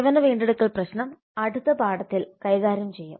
സേവന വീണ്ടെടുക്കൽ പ്രശ്നം അടുത്ത പാഠത്തിൽ കൈകാര്യം ചെയ്യും